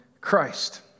Christ